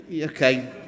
okay